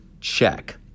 Check